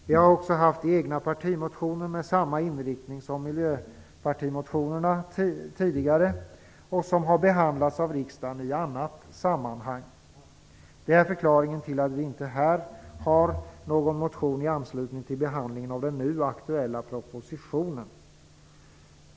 Vi har tidigare haft egna partimotioner med samma inriktning som miljöpartimotionerna, partimotioner som har behandlats i annat sammanhang. Det är förklaringen till att vi inte har någon motion i anslutning till behandlingen av den nu aktuella propositionen.